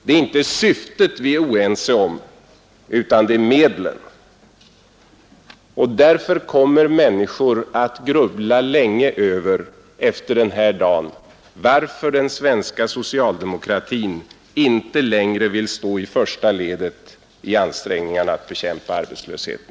Det är inte syftet vi är oense om utan det är medlen. Därför kommer människor att grubbla länge över — efter den här dagen — varför den svenska socialdemokratin inte längre vill stå i första ledet i ansträngningarna att bekämpa arbetslösheten.